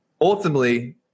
ultimately